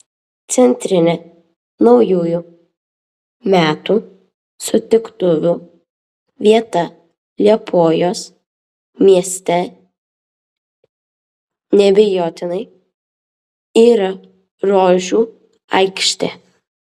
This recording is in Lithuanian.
centrinė naujųjų metų sutiktuvių vieta liepojos mieste neabejotinai yra rožių aikštė